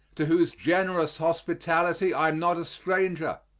to whose generous hospitality i am not a stranger,